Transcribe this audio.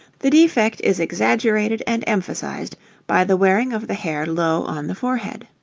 the defect is exaggerated and emphasized by the wearing of the hair low on the forehead.